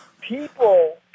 people